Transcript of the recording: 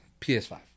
PS5